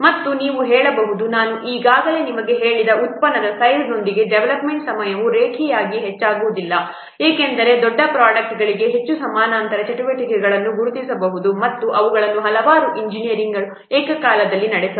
ಮತ್ತು ನೀವು ಹೇಳಬಹುದು ನಾನು ಈಗಾಗಲೇ ನಿಮಗೆ ಹೇಳಿದ ಉತ್ಪನ್ನದ ಸೈಜ್ನೊಂದಿಗೆ ಡೆವಲಪ್ಮೆಂಟ್ ಸಮಯವು ರೇಖೀಯವಾಗಿ ಹೆಚ್ಚಾಗುವುದಿಲ್ಲ ಏಕೆಂದರೆ ದೊಡ್ಡ ಪ್ರೊಡಕ್ಟ್ಗಳಿಗೆ ಹೆಚ್ಚು ಸಮಾನಾಂತರ ಚಟುವಟಿಕೆಗಳನ್ನು ಗುರುತಿಸಬಹುದು ಮತ್ತು ಅವುಗಳನ್ನು ಹಲವಾರು ಎಂಜಿನಿಯರ್ಗಳು ಏಕಕಾಲದಲ್ಲಿ ನಡೆಸಬಹುದು